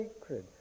sacred